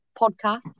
Podcast